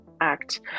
act